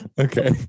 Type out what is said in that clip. Okay